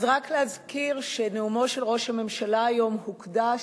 אז רק להזכיר שנאומו של ראש הממשלה היום הוקדש,